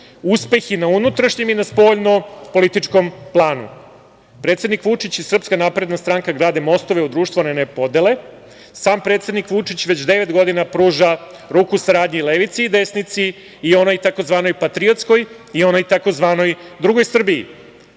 uspeh i na unutrašnjem i na spoljno-političkom planu. Predsednik Vučić i SNS grade mostove u društvene podle. Sam predsednik Vučić već devet godina pruža ruku saradnje levici i desnici, i onoj tzv. patriotskoj i onoj tzv. drugoj Srbiji,